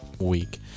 week